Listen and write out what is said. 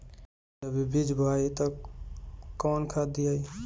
जब बीज बोवाला तब कौन खाद दियाई?